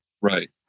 Right